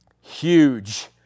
Huge